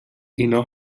اینا